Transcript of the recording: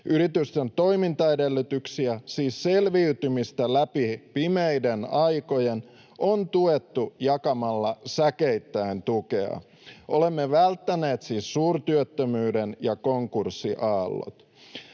Yritysten toimintaedellytyksiä, siis selviytymistä läpi pimeiden aikojen, on tuettu jakamalla säkeittäin tukea. Olemme välttäneet siis suurtyöttömyyden ja konkurssiaallot.